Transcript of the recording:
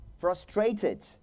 frustrated